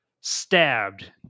stabbed